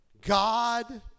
God